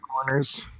corners